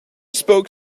spoke